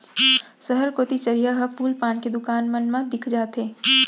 सहर कोती चरिहा ह फूल पान के दुकान मन मा दिख जाथे